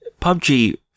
PUBG